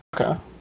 okay